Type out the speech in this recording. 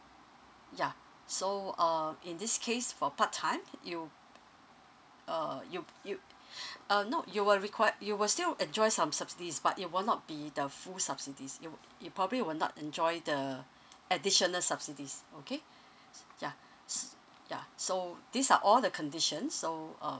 ya so um in this case for part time you uh you you uh no you will required you will still enjoy some subsidies but it will not be the full subsidies you you probably will not enjoy the additional subsidies okay ya s~ ya so these are all the conditions so uh